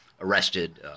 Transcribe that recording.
arrested